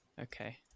okay